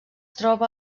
troba